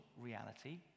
reality